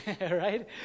right